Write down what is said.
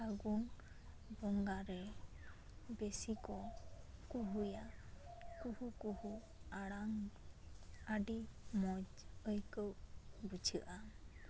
ᱯᱷᱟᱹᱜᱩᱱ ᱵᱚᱸᱜᱟ ᱨᱮ ᱵᱤᱥᱤ ᱠᱚ ᱠᱩᱦᱩᱭᱟ ᱠᱩᱦᱩ ᱠᱩᱦᱩ ᱟᱲᱟᱝ ᱟᱹᱰᱤ ᱢᱚᱡᱽ ᱟᱭᱠᱟᱹᱣ ᱵᱩᱡᱷᱟᱹᱣᱜᱼᱟ